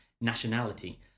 nationality